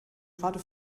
gerade